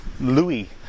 Louis